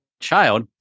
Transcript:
child